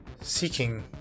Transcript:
seeking